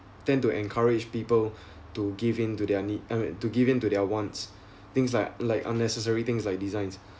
tend to encourage people to give in to their need I mean to give in to their wants things like like unnecessary things like designs